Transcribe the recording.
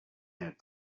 had